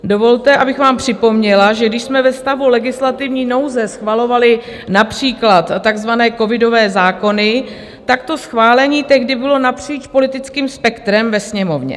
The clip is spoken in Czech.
Dovolte, abych vám připomněla, že když jsme ve stavu legislativní nouze schvalovali například takzvané covidové zákony, tak to schválení tehdy bylo napříč politickým spektrem ve Sněmovně.